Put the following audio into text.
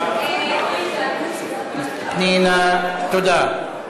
פנינה, תודה.